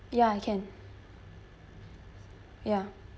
ya I can ya